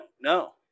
no